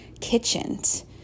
kitchens